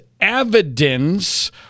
evidence